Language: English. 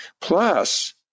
Plus